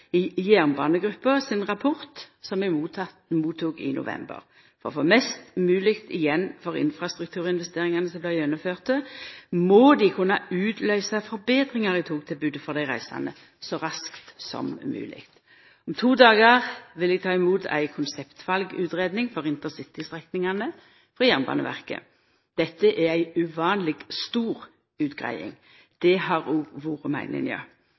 i jernbanegruppa sin rapport som eg mottok i november i fjor. For å få mest mogleg igjen for infrastrukturinvesteringane som blir gjennomførde, må dei kunna utløysa betringar i togtilbodet for dei reisande så raskt som mogleg. Om to dagar vil eg ta imot ei konseptvalutgreiing for intercitystrekningane frå Jernbaneverket. Dette er ei uvanleg stor utgreiing. Det har òg vore